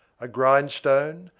a grindstone,